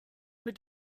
mit